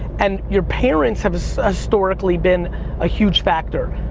and your parents have historically been a huge factor.